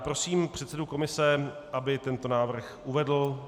Prosím předsedu komise, aby tento návrh uvedl.